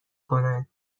کنند